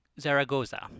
Zaragoza